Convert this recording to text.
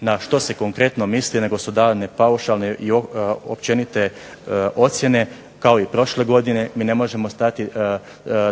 na što se konkretno misli nego su davane paušalne i općenite ocjene. Kao i prošle godine mi ne možemo steći